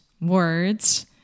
words